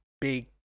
big